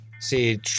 See